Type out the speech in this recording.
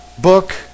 book